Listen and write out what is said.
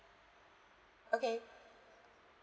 okay